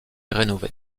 rénové